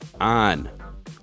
on